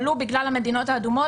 ולו בגלל המדינות האדומות.